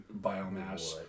biomass